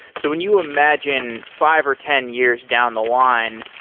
so when you imagine five or ten years down the line,